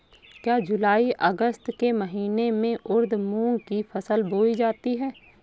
क्या जूलाई अगस्त के महीने में उर्द मूंग की फसल बोई जाती है?